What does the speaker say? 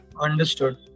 Understood